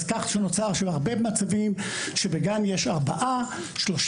אז כך שנוצר הרבה מצבים שבגן יש ארבעה, שלוש